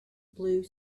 blue